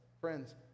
Friends